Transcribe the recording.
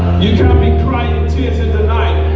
you can be crying tears in the night